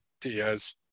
Diaz